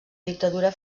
dictadura